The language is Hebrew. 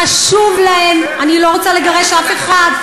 חשוב להם, את רוצה לגרש אותם?